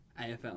AFL